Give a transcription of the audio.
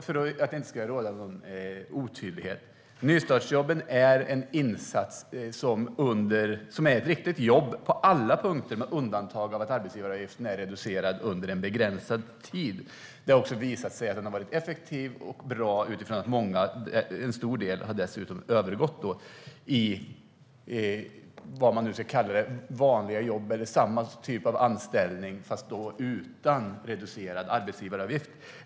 För att det inte ska råda någon otydlighet: Nystartsjobben är riktiga jobb på alla punkter med undantag för att arbetsgivaravgiften är reducerad under en begränsad tid. Det har också visat sig att de har varit effektiva och bra utifrån att en stor del av anställningarna har övergått i samma typ av anställning men utan reducerad arbetsgivaravgift.